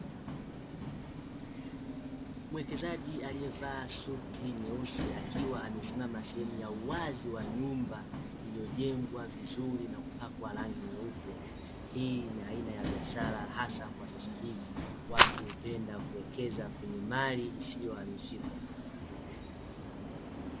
Mwekezaji aliyevaa suti nyeusi akiwa amesimama sehemu ya uwazi ya nyumba iliyojengwa vizuri na kupakwa rangi nyeupe. Hii ni aina ya biashara hasa kwa sasa hivi watu hupenda kuwekeza kwenye mali isiyohamishika.